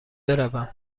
بروم